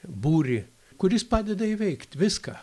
būrį kuris padeda įveikt viską